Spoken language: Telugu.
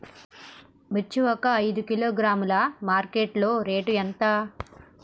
మిర్చి ఒక ఐదు కిలోగ్రాముల మార్కెట్ లో రేటు ఎంత?